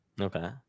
Okay